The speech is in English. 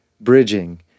bridging